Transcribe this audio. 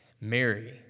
Mary